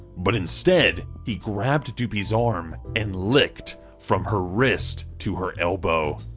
but instead he grabbed doopie's arm and licked from her wrist to her elbow!